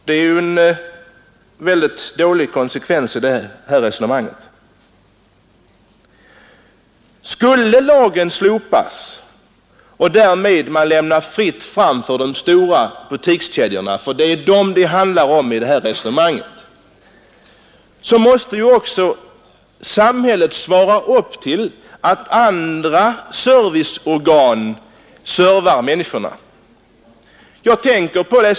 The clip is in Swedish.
Det är en väldigt dålig konsekvens i det här resonemanget. it Skulle lagen slopas så att man därmed lämnade fritt fram för de stora butikskedjorna — för det är dem det handlar om i det här sammanhanget — måste också samhället svara för att andra serviceorgan betjänar människorna på onormala tider.